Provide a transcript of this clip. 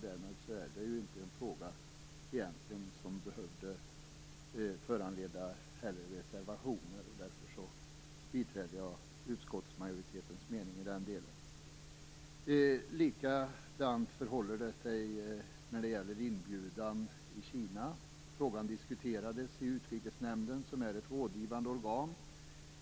Därmed är det egentligen inte en fråga som behöver föranleda reservationer. Därför biträder jag utskottsmajoritetens mening i den delen. Likadant förhåller det sig när det gäller inbjudan i Kina. Frågan diskuterades i Utrikesnämnden, som är ett rådgivande organ.